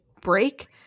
break